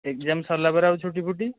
exam ସରିଲା ପରେ ଆଉ ଛୁଟି ଫୁଟି